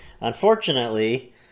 Unfortunately